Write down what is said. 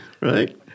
Right